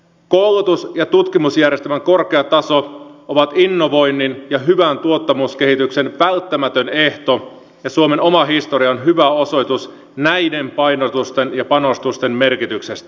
koulutus ja tutkimusjärjestelmän korkea taso on innovoinnin ja hyvän tuottavuuskehityksen välttämätön ehto ja suomen oma historia on hyvä osoitus näiden painotusten ja panostusten merkityksestä